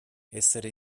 essere